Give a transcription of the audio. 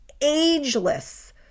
Ageless